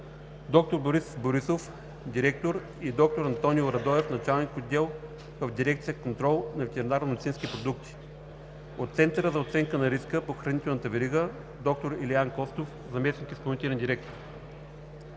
доктор Борис Борисов – директор, и доктор Антонио Радоев – началник на отдел в дирекция „Контрол на ветеринарномедицинските продукти“; от Центъра за оценка на риска по хранителната верига – доктор Илиян Костов – заместник изпълнителен директор.